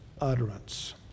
utterance